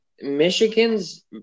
Michigan's